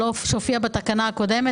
שלא הופיע בתקנה הקודמת.